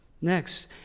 Next